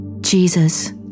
Jesus